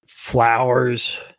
Flowers